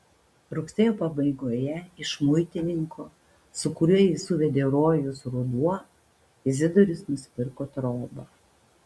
rugsėjo pabaigoje iš muitininko su kuriuo jį suvedė rojus ruduo izidorius nusipirko trobą